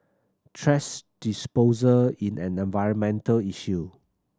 thrash disposal in an environmental issue